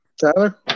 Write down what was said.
Tyler